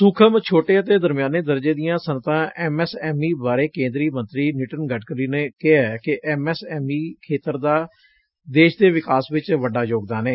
ਸੁਖਮ ਛੋਟੇ ਅਤੇ ਦਰਮਿਆਨੇ ਦਰਜੇ ਦੀਆਂ ਸਨਅਤਾਂ ਐਮ ਐਸ ਐਮ ਈ ਬਾਰੇ ਕੇਂਦਰੀਮੰਤਰੀ ਨਿਤਿਨ ਗਡਕਰੀ ਨੇ ਕਿਹਾ ਕਿ ਐਮ ਐਸ ਐਮ ਈ ਖੇਤਰ ਦਾ ਦੇਸ਼ ਦੇ ਵਿਕਾਸ ਵਿਚ ਵੱਡਾ ਯੋਗਦਾਨ ਏ